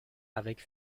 avec